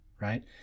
right